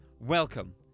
welcome